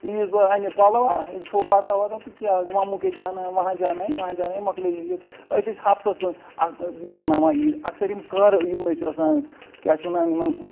عیٖذ دۄہ اَنہِ پَلواہ کھیٚیہِ بتہ وَتہ تہٕ کیاہ ماموٗ کے جانا ہے وَہاں جانا ہے یَہاں جانا ہے مۄکلے عیٖد أسۍ ٲسۍ ہَفتَس منٛز مَناوان عیٖد اَکثَر یِم کَر ٲسۍ آسان کیاہ چھِ وَنان یِمن